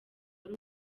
wari